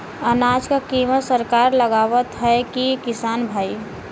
अनाज क कीमत सरकार लगावत हैं कि किसान भाई?